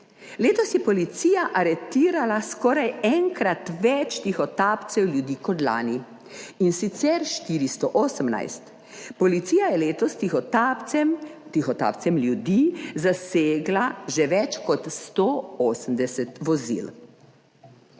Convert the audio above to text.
Letos je policija aretirala skoraj enkrat več tihotapcev ljudi kot lani, in sicer 418. Policija je letos tihotapcem, tihotapcem ljudi, zasegla že več kot 180 vozil.